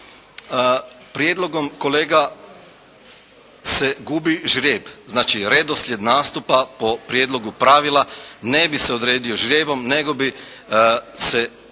prijedlogom kolega se gubi ždrijeb, znači redoslijed nastupa po prijedlogu pravila ne bi se odredio ždrijebom nego bi nakladničke